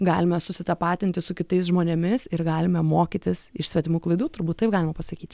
galime susitapatinti su kitais žmonėmis ir galime mokytis iš svetimų klaidų turbūt taip galima pasakyti